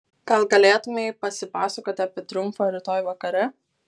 gal galėtumei pasipasakoti apie triumfą rytoj vakare